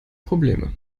probleme